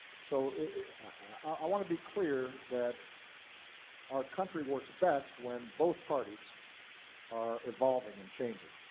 so i want to be clear that our country works best when both parties are evolving and changing.